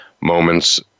moments